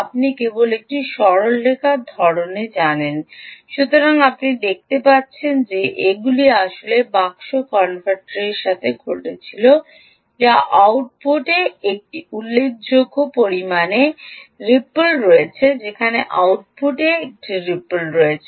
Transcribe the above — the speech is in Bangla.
আপনি কেবল একটি সরল রেখার ধরণে জানেন সুতরাং আপনি দেখতে পাচ্ছেন যে এগুলি আসলে বাক্স কনভার্টারের সাথে ঘটেছিল যা আউটপুটে একটি উল্লেখযোগ্য পরিমাণে রিপল রয়েছে যেখানে আউটপুটে একটি রিপল রয়েছে